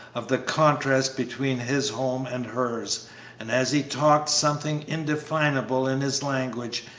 of the contrast between his home and hers and as he talked something indefinable in his language,